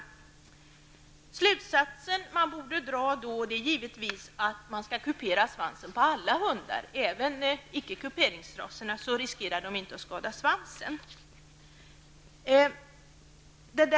Den slutsats man borde dra är givetvis att man skall kupera svansen på alla hundar, även på raser som normalt inte kuperas, så att de inte riskerar att skada svansen.